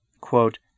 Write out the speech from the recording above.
Quote